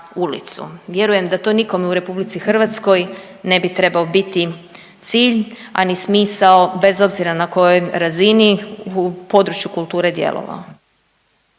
Vjerujem da to nikome u RH ne bi trebao biti cilj, a ni smisao bez obzira na kojoj razini u području kulture djelovao.